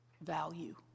value